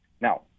Now